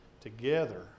together